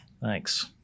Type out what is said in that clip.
Thanks